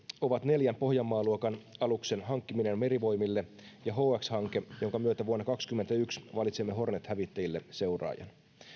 ovat neljän pohjanmaa luokan aluksen hankkiminen merivoimille ja hx hanke jonka myötä vuonna kaksikymmentäyksi valitsemme hornet hävittäjille seuraajan